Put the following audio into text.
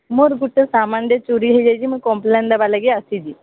ମୋର ଗୋଟେ ସାମାନଟେ ଚୋରି ହେଇଯାଇଛି ମୁଁ କମ୍ପ୍ଲେନ୍ ଦେବା ଲାଗି ଆସିଛି